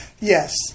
Yes